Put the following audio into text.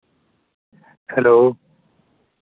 hello